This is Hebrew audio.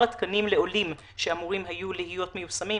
התקנים לעולים שאמורים היו להיות מיושמים,